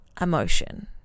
emotion